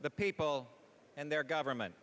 the people and their government